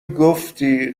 گفتی